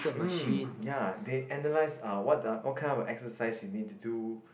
mm ya they analyse ah what the what kind of exercise you need to do